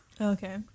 Okay